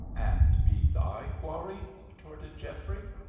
and be thy quarry? retorted geoffrey.